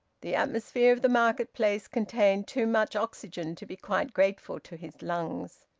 the atmosphere of the marketplace contained too much oxygen to be quite grateful to his lungs.